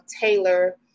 Taylor